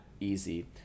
easy